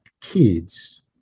kids